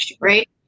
right